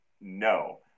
no